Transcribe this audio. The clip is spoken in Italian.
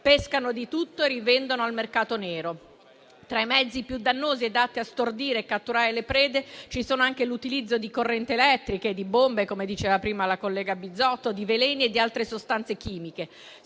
pescano di tutto e rivendono al mercato nero. Tra i mezzi più dannosi ed atti a stordire e catturare le prede, ci sono anche l'utilizzo di correnti elettriche e di bombe, come diceva prima la collega Bizzotto, di veleni e altre sostanze chimiche.